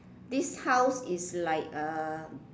this house is like uh